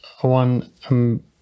one